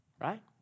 right